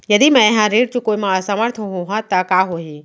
यदि मैं ह ऋण चुकोय म असमर्थ होहा त का होही?